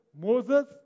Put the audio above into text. Moses